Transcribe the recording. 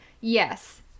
Yes